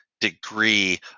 degree